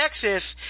Texas